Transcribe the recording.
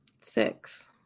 Six